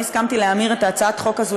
אני הסכמתי להמיר את הצעת החוק הזאת